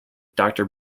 doctor